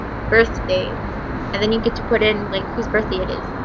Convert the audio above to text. birthday and then you get to put in like whose birthday it is.